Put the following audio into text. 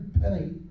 penny